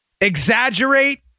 Exaggerate